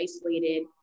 isolated